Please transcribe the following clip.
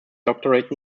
doctorate